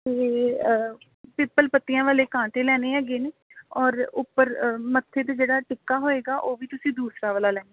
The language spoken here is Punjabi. ਅਤੇ ਪਿੱਪਲ ਪੱਤੀਆਂ ਵਾਲੇ ਕਾਂਟੇ ਲੈਣੇ ਹੈਗੇ ਨੇ ਔਰ ਉੱਪਰ ਅ ਮੱਥੇ 'ਤੇ ਜਿਹੜਾ ਟਿੱਕਾ ਹੋਏਗਾ ਉਹ ਵੀ ਦੂਸਰਾ ਵਾਲਾ ਲੈਣਾ ਹੈ